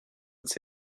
its